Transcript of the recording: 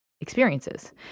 experiences